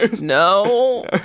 No